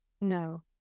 No